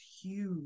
huge